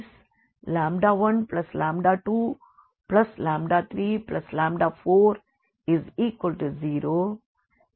1v12v23v34v40